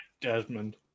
Desmond